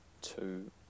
two